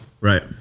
Right